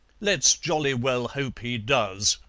let's jolly well hope he does,